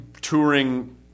touring